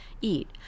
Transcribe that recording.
eat